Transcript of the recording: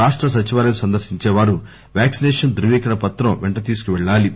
రాష్ట సచివాలయం సందర్శించే వారు వ్యాక్సినేషన్ ధృవీకరణ పత్రం పెంటతీసుకు పెళ్ళాలీ